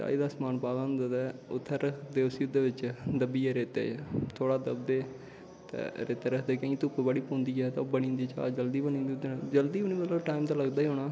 चाही दा सारा समान पादा होंदा ते उत्थें ओह्दै च दब्बियै रेतै च थोह्ड़ा दबदे रेता रखदे कि धुप बड़ी पौंदी ऐ ओह् बनी जंदी चाह् जल्दी बनी जंदी जल्दी बी नेंई मतलव टाईम ते लगदा गै होना